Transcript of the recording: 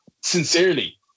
Sincerely